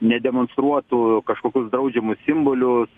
nedemonstruotų kažkokius draudžiamus simbolius